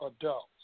adults